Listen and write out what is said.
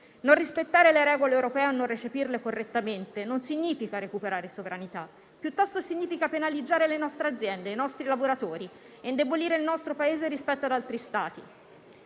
Non rispettare le regole europee o non recepirle correttamente non significa recuperare sovranità; piuttosto significa penalizzare le nostre aziende e i nostri lavoratori e indebolire il nostro Paese rispetto ad altri Stati.